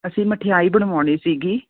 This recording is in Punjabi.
ਅਸੀਂ ਮਠਿਆਈ ਬਣਵਾਉਣੀ ਸੀਗੀ